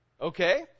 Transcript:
Okay